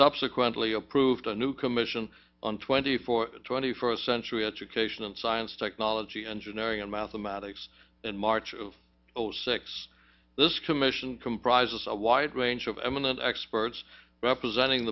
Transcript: subsequently approved a new commission on twenty four twenty first century education in science technology engineering and mathematics in march of zero six this commission comprises a wide range of eminent experts representing